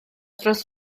dros